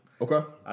okay